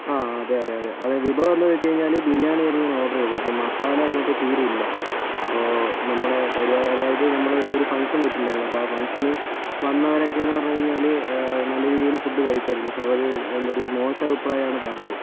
ആ അതെ അതെ അതെ വിഭവം എന്ന് വെച്ച് കഴിഞ്ഞാല് ബിരിയാണി ആയിരുന്നു ഞാൻ ഓർഡർ ചെയ്തത് അപ്പം മസാല അതിനകത്ത് തീരെ ഇല്ല അപ്പം നമ്മളുടെ അതായത് നമ്മള് ഒരു ഫങ്ക്ഷൻ വച്ചിട്ടുണ്ടായിരുന്നു അപ്പം ആ ഫങ്ക്ഷന് വന്നവരൊക്കെ എന്ന് പറഞ്ഞു കഴിഞ്ഞാല് നല്ല രീതിയില് ഫുഡ് കഴിച്ചത് പക്ഷെ അവര് മോശം അഭിപ്രായമാണ് പറഞ്ഞത്